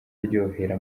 aryohera